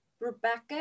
Rebecca